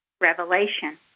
Revelation